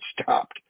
stopped